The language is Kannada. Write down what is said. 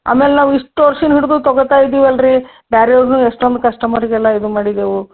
ಆಮೇಲೆ ನಾವು ಇಷ್ಟು ವರ್ಷ್ದಿಂದ ಹಿಡಿದು ತೊಗೊತಾ ಇದೀವಲ್ಲ ರೀ ಬೇರೆಯವ್ರ್ನು ಎಷ್ಟೊಂದು ಕಸ್ಟಮರಿಗೆಲ್ಲ ಇದು ಮಾಡಿದೆವು